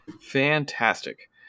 Fantastic